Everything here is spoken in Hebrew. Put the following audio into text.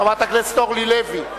חברת הכנסת אורלי לוי.